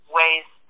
ways